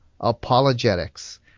Apologetics